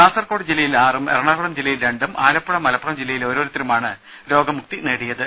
കാസർകോട് ജില്ലയിൽ ആറും എറണാകുളം ജില്ലയിൽ രണ്ടും ആലപ്പഴ മലപ്പുറം ജില്ലയിലെ ഓരോരുത്തരുമാണ് രോഗമുക്തി നേടിയത്